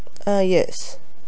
uh yes